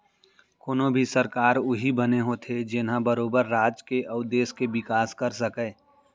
कोनो भी सरकार उही बने होथे जेनहा बरोबर राज के अउ देस के बिकास कर सकय